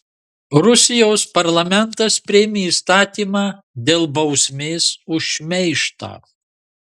rusijos parlamentas priėmė įstatymą dėl bausmės už šmeižtą